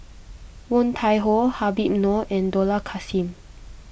Woon Tai Ho Habib Noh and Dollah Kassim